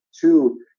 two